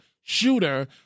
shooter